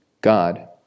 God